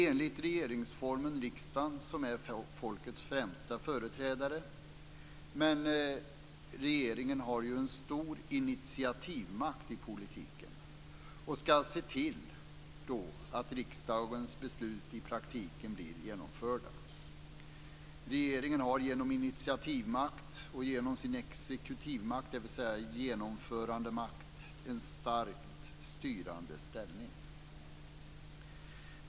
Enligt regeringsformen är det riksdagen som är folkets främsta företrädare, men regeringen har ju en stor initiativmakt i politiken och skall se till att riksdagens beslut i praktiken blir genomförda. Regeringen har genom initiativmakten och genom sin exekutivmakt, dvs. genomförandemakt, en starkt styrande ställning.